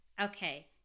Okay